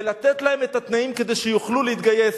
ולתת להם את התנאים כדי שיוכלו להתגייס,